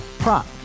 Prop